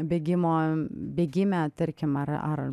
bėgimo bėgime tarkim ar ar